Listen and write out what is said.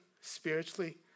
spiritually